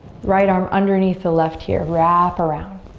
right arm underneath the left here, wrap around.